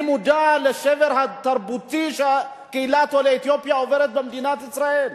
אני מודע לשבר התרבותי שקהילת עולי אתיופיה עוברת במדינת ישראל.